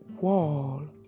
Wall